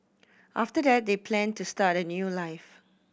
after that they planned to start a new life